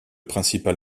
principal